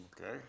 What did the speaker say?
Okay